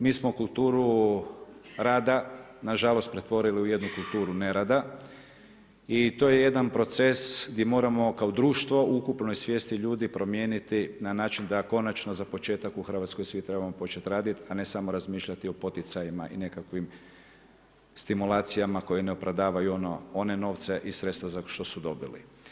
Mi smo kulturu rada nažalost pretvorili u jednu kulturu nerada i to je jedan proces gdje moramo kao društvo u ukupnoj svijesti ljudi promijeniti na način da konačno za početak u Hrvatskoj svi trebamo početi raditi, a ne samo razmišljati o poticajima i nekakvim stimulacijama koji ne opravdavaju one novce i sredstva za što su dobili.